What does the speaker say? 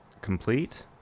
complete